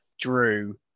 Drew